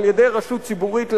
על-ידי רשות ציבורית,